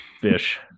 Fish